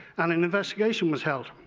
and an investigation was held.